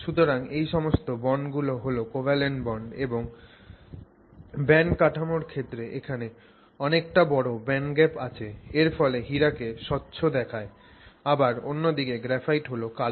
সুতরাং এই সমস্ত বন্ড গুলো হল কোভ্যালেন্ট বন্ড এবং ব্যান্ড কাঠামোর ক্ষেত্রে এখানে অনেকটা বড় ব্যান্ড গ্যাপ আছে এর ফলে হীরা কে স্বচ্ছ দেখায় আবার অন্য দিকে গ্রাফাইট হল কালো